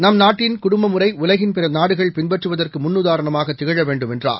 நம் நாட்டின் குடும்ப முறை உலகின் பிற நாடுகள் பின்பற்றுவதற்கு முன்னுதாரணமாக திகழ வேண்டும் என்றார்